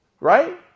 Right